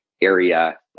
area